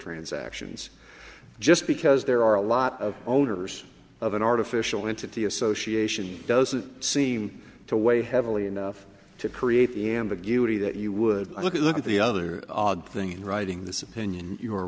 transactions just because there are a lot of owners of an artificial into the association doesn't seem to weigh heavily enough to create the ambiguity that you would look at look at the other odd thing in writing this opinion you